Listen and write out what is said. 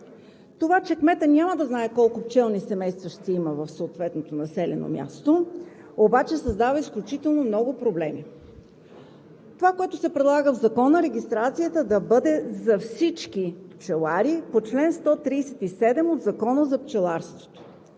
Това, че кметът няма да знае колко пчелни семейства ще има в съответното населено място, обаче създава изключително много проблеми. Това, което се предлага в Закона, е регистрацията да бъде за всички пчелари по чл. 137 от Закона за пчеларството.